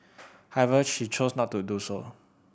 however she chose not to do so